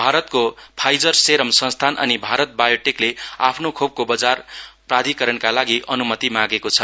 भारतको Pfizer serum संस्थान अनि भारत बायोटेकले आफ्नो खोपको बजार प्राधिकरणका लागि अनुमति मागेको छ